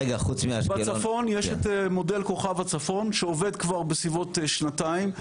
בצפון יש את מודל כוכב הצפון שעובד כבר בסביבות שנתיים,